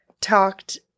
talked